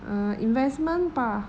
err investment bah